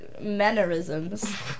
mannerisms